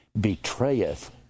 betrayeth